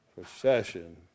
procession